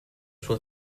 sua